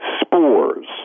spores